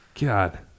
God